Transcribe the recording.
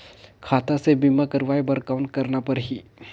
खाता से बीमा करवाय बर कौन करना परही?